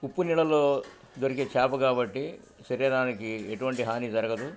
ఉప్పు నీలలో దొరికే చేాప కాబట్టి సరయదానికి ఎటువంటి హాని జరగదు